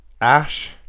Ash